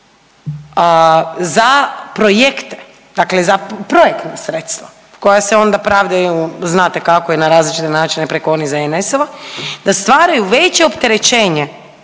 za projekte, dakle za projektna sredstva koja se onda pravdaju znate kako i na različite načine preko onih ZNS-ova, da stvaraju veće opterećenje